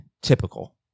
typical